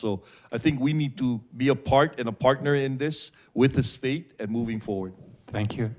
so i think we need to be a part in a partner in this with the state moving forward thank you